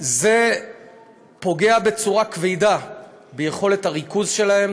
זה פוגע בצורה כבדה ביכולת הריכוז שלהם,